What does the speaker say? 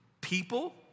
people